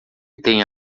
tem